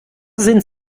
sind